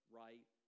right